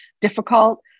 difficult